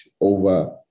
over